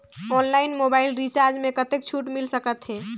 Online mobile recharge मे कतेक छूट मिल सकत हे?